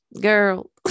girl